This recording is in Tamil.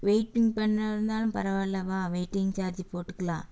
வெயிட்டிங் பண்ண இருந்தாலும் பரவாயில்ல வா வெயிட்டிங் சார்ஜு போட்டுக்கலாம்